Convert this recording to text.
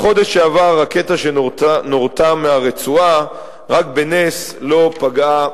בחודש שעבר רקטה שנורתה מהרצועה רק בנס לא פגעה